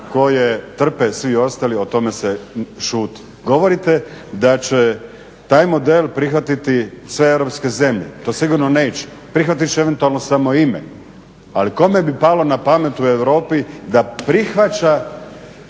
koje trpe svi ostali o tome se šuti. Govorite da će taj model prihvatiti sve europske zemlje, to sigurno neće, prihvatit će samo eventualno ime. ali kome bi palo na pamet u Europi da prihvaća